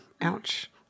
Ouch